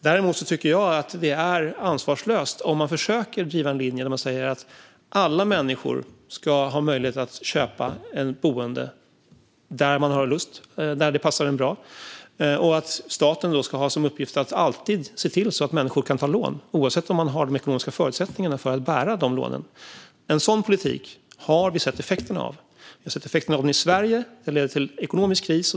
Däremot tycker jag att det är ansvarslöst om man försöker driva en linje där man säger att alla människor ska ha möjlighet att köpa ett boende där de har lust och som passar dem bra och att staten då ska ha som uppgift att alltid se till att människor kan ta lån, oavsett om de har de ekonomiska förutsättningarna att bära dessa lån. En sådan politik har vi sett effekterna av. Vi har sett effekterna av den i Sverige, då den ledde till ekonomisk kris.